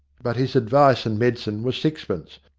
but his advice and medicine were sixpence,